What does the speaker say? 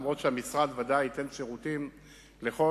אף-על-פי שהמשרד ודאי ייתן שירותים לכול.